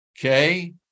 Okay